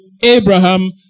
Abraham